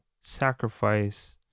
sacrifice